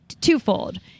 twofold